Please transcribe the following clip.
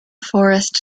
forest